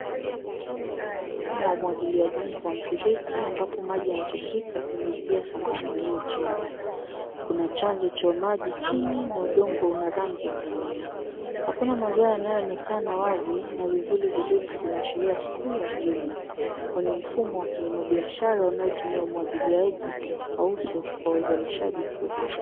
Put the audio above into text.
Shamba la mfumo wa umwagiliaji wa mifereji ambapo maji yanatiririka kwenye vijia sambamba yaliyochimbwa. Kuna chanzo cha maji chini na udongo una rangi wa kahawia. Hakuna mazao yanayoonekana wazi na vivuli virefu vinaashiria asubuhi au jioni, kwenye mfumo wa kibiashara unaotumia umwagiliaji wa uso kwa uzalishaji mkubwa.